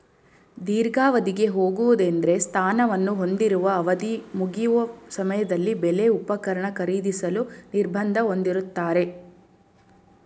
ದೀರ್ಘಾವಧಿಗೆ ಹೋಗುವುದೆಂದ್ರೆ ಸ್ಥಾನವನ್ನು ಹೊಂದಿರುವ ಅವಧಿಮುಗಿಯುವ ಸಮಯದಲ್ಲಿ ಬೆಲೆ ಉಪಕರಣ ಖರೀದಿಸಲು ನಿರ್ಬಂಧ ಹೊಂದಿರುತ್ತಾರೆ